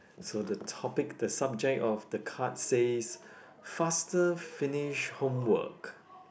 so the topic the subject of the card says faster finish homework